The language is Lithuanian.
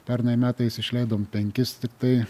pernai metais išleidom penkis tiktai